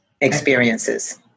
experiences